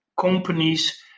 companies